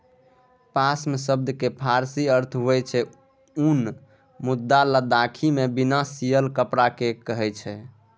पाश्म शब्दक पारसी अर्थ होइ छै उन मुदा लद्दाखीमे बिना सियल कपड़ा केँ कहय छै